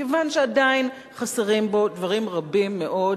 כיוון שעדיין חסרים בו דברים רבים מאוד,